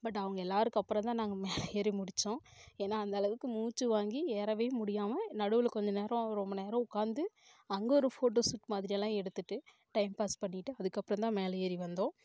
but அவங்க எல்லாருக்கும் அப்பறந்தான் நாங்கள் மேலே ஏறி முடித்தோம் ஏன்னா அந்த அளவுக்கு மூச்சு வாங்கி ஏறவே முடியாமல் நடுவில் கொஞ்சம் நேரம் ரொம்ப நேரம் உட்காந்து அங்கே ஒரு ஃபோட்டோ ஷூட் மாதிரியெல்லாம் எடுத்துட்டு டைம் பாஸ் பண்ணிட்டு அதுக்கு அப்புறந்தான் மேலே ஏறி வந்தோம்